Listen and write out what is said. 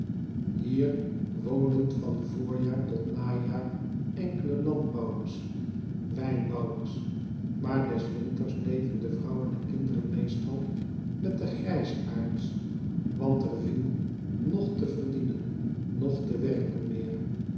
hier woonden van voorjaar tot najaar enkele landbouwers wijnbouwers maar des winters bleven de vrouwen en kinderen meestal met de grijsaards want er viel noch te verdienen noch te werken meer